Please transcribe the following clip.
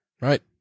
Right